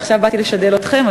ועכשיו באתי לשדל אתכם,